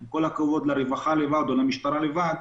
עם כל הכבוד לרווחה לבד או למשטרה לבד,